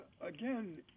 again